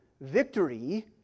victory